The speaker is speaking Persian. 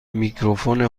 میکروفون